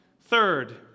Third